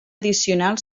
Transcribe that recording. addicional